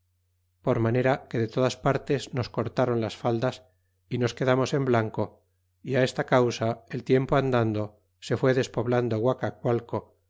por manera que de todas partes nos cortaron las faldas y nos quedamos en blanco y á esta causa el tiempo andando se fue despoblando